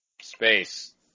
space